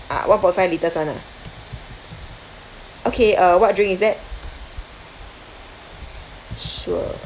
ah one point five litres [one] ah okay uh what drink is that sure